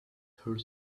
heart